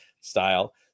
style